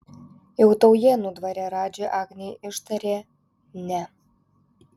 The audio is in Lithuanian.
jau taujėnų dvare radži agnei ištarė ne